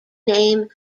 name